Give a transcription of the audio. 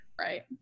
Right